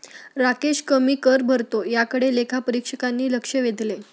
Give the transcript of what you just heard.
राकेश कमी कर भरतो याकडे लेखापरीक्षकांनी लक्ष वेधले